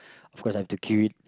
of course I have to queue it